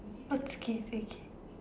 what's K C K